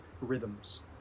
rhythms